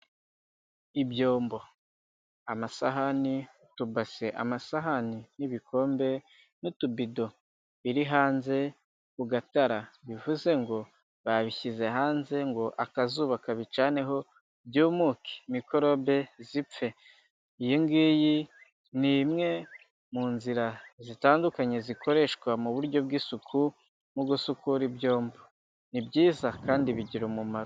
Ibyombo, amasahani, utubase, amasahani n'ibikombe n'utubido biri hanze ku gatara bivuze ngo babishyize hanze ngo akazuba kabicaneho byumuke mikorobe zipfe, iyi ngiyi ni imwe mu nzira zitandukanye zikoreshwa mu buryo bw'isuku mu gusukura ibyombo, ni byiza kandi bigira umumaro.